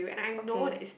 okay